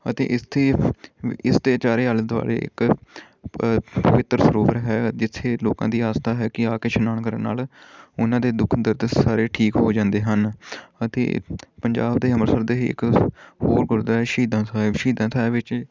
ਅਤੇ ਇੱਥੇ ਇਸਦੇ ਚਾਰੇ ਆਲੇ ਦੁਆਲੇ ਇੱਕ ਪਵਿੱਤਰ ਸਰੋਵਰ ਹੈ ਜਿੱਥੇ ਲੋਕਾਂ ਦੀ ਆਸਥਾ ਹੈਗੀ ਆ ਕਿ ਇਸ਼ਨਾਨ ਕਰਨ ਨਾਲ ਉਹਨਾਂ ਦੇ ਦੁੱਖ ਦਰਦ ਸਾਰੇ ਠੀਕ ਹੋ ਜਾਂਦੇ ਹਨ ਅਤੇ ਪੰਜਾਬ ਦੇ ਅੰਮ੍ਰਿਤਸਰ ਦੇ ਇੱਕ ਹੋਰ ਗੁਰਦੁਆਰਾ ਸ਼ਹੀਦਾਂ ਸਾਹਿਬ ਸ਼ਹੀਦਾਂ ਸਾਹਿਬ ਵਿੱਚ